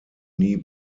nie